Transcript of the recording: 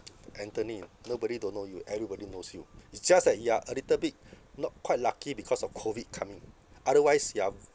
anthony nobody don't know you everybody knows you it's just that you are a little bit not quite lucky because of COVID coming otherwise you are